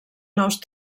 nous